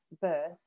birth